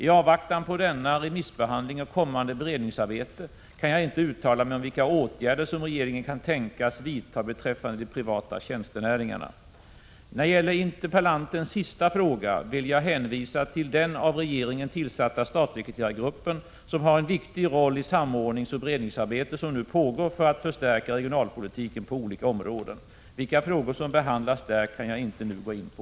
I avvaktan på denna remissbehandling och kommande beredningsarbete kan jag inte uttala mig om vilka åtgärder som regeringen kan tänkas vidta beträffande de privata tjänstenäringarna. När det gäller interpellantens sista fråga vill jag hänvisa till vad jag anför i mitt interpellationssvar till Börje Hörnlund och Sigge Godin i dag. I det svaret nämner jag att den av regeringen tillsatta statssekreterargruppen har en viktig roll i det samordningsoch beredningsarbete som nu pågår för att förstärka regionalpolitiken på olika områden. Vilka frågor som behandlas där kan jag inte nu gå in på.